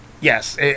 yes